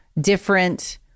different